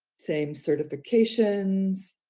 same certifications,